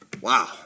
Wow